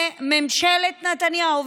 שממשלת נתניהו,